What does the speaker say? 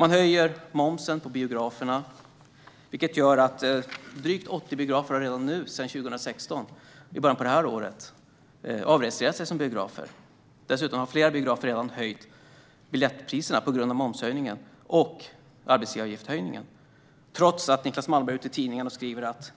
Man höjer momsen på biograferna, vilket har gjort att drygt 80 biografer har avregistrerat sig som biografer sedan årsskiftet. Dessutom har flera biografer höjt biljettpriserna på grund av momshöjningen och höjningen av arbetsgivaravgifterna. Efter en knapp månad skrev Niclas Malmberg i tidningen att